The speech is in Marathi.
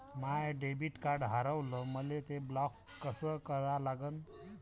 माय डेबिट कार्ड हारवलं, मले ते ब्लॉक कस करा लागन?